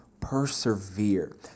persevere